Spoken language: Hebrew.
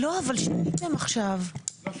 אבל שיניתם עכשיו.